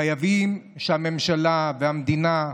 חייבים שהממשלה, המדינה,